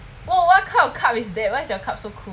wh~ what kind of cup is that why is your cup so cool